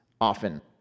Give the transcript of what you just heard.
often